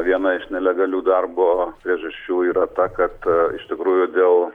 viena iš nelegalių darbo priežasčių yra ta kad iš tikrųjų dėl